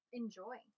enjoy